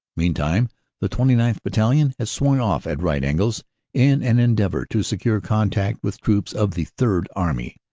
meantime the twenty ninth. battalion had swung off at right angles in an endeavor to secure contact with troops of the third army.